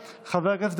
חבר הכנסת אופיר כץ,